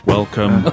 Welcome